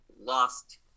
lost